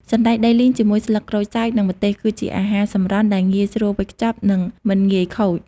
សណ្តែកដីលីងជាមួយស្លឹកក្រូចសើច និងម្ទេស គឺជាអាហារសម្រន់ដែលងាយស្រួលវេចខ្ចប់ និងមិនងាយខូច។